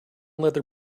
leather